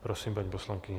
Prosím, paní poslankyně.